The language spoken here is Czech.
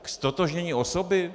Ztotožnění osoby?